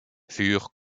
furent